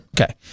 Okay